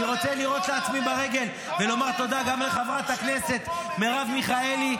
אני רוצה לירות לעצמי ברגל ולומר תודה גם לחברת הכנסת מרב מיכאלי,